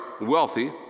wealthy